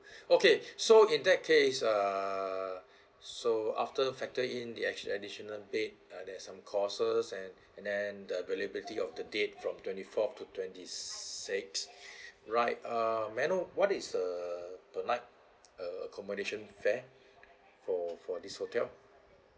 okay so in that case err so after factor in the additi~ additional bed uh there is some costs and and then the availability of the date from twenty fourth to twenty sixth right uh may I know what is the per night a~ accommodation fare for for this hotel